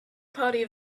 party